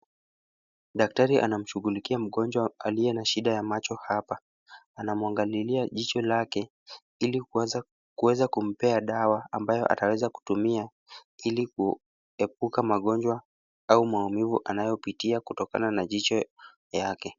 Daktari anamshughulikia mgonjwa aliye na shida ya macho hapa. Anamwangalilia jicho lake ili kuweza kumpea dawa ambayo ataweza kutumia ili kuepuka magonjwa au maumivu anayopitia kutokana na jicho yake.